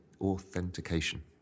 authentication